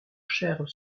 chair